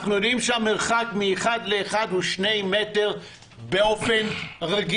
אנחנו יודעים שהמרחק בין אחד לאחר הוא שני מטרים באופן רגיל,